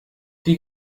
die